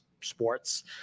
Sports